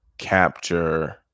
capture